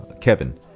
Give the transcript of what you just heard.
kevin